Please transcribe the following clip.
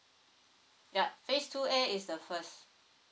ya phase two A is the first